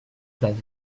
place